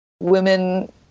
women